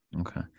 Okay